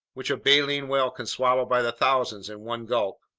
which a baleen whale can swallow by the thousands in one gulp.